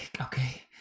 Okay